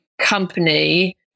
company